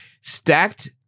Stacked